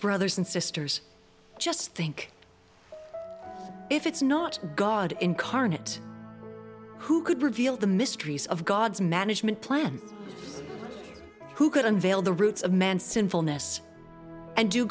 brothers and sisters just think if it's not god incarnate who could reveal the mysteries of god's management plan who could unveil the roots of man